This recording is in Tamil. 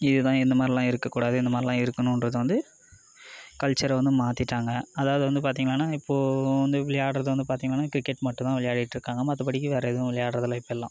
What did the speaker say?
இதுதான் இந்தமாதிரிலாம் இருக்கக்கூடாது இந்தமாதிரிலாம் இருக்கணுன்றது வந்து கல்ச்சரை வந்து மாற்றிட்டாங்க அதாவது வந்து பார்த்திங்கன்னா இப்போது விளையாடுகிறது வந்து பார்த்திங்கன்னா கிரிக்கெட் மட்டும் தான் விளையாடிகிட்டு இருக்காங்க மற்றபடி வேறே ஏதும் விளையாடுகிறது இல்லை இப்பயெல்லாம்